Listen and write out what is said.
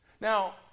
Now